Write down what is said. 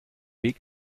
weg